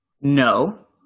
No